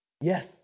Yes